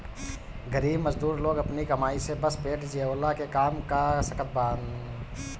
गरीब मजदूर लोग अपनी कमाई से बस पेट जियवला के काम कअ सकत बानअ